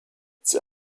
zur